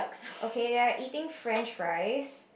okay they are eating French fries